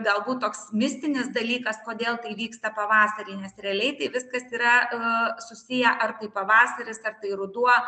galbūt toks mistinis dalykas kodėl tai vyksta pavasarį nes realiai tai viskas yra susiję ar tai pavasaris ar tai ruduo